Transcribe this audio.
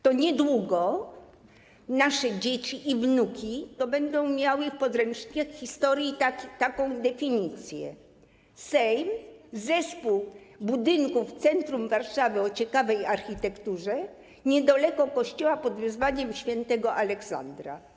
To niedługo nasze dzieci i wnuki będą miały w podręcznikach historii taką definicję: Sejm - zespół budynków w centrum Warszawy o ciekawej architekturze niedaleko kościoła pw. św. Aleksandra.